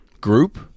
group